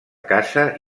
casa